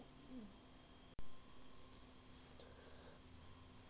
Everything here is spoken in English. okay